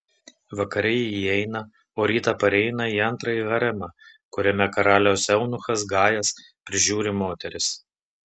vakare ji įeina o rytą pareina į antrąjį haremą kuriame karaliaus eunuchas gajas prižiūri moteris